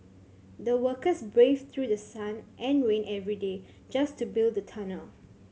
the workers braved through sun and rain every day just to build the tunnel